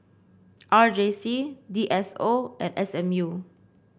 R J C D S O and S M U